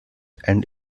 and